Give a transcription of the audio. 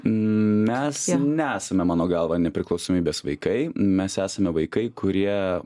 mes nesame mano galva nepriklausomybės vaikai mes esame vaikai kurie